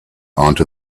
into